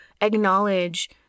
acknowledge